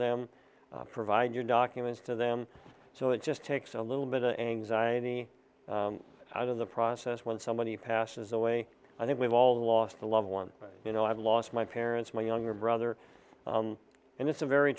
them provide your documents to them so it just takes a little bit of anxiety out of the process when somebody passes away i think we've all lost a loved one you know i've lost my parents my younger brother and it's a very